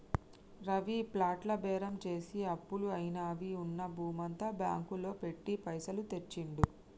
రవి ప్లాట్ల బేరం చేసి అప్పులు అయినవని ఉన్న భూమంతా బ్యాంకు లో పెట్టి పైసలు తెచ్చిండు